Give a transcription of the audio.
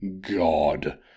God